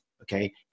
okay